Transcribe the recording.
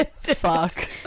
Fuck